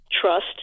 trust